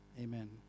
Amen